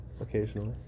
occasionally